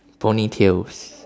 ponytails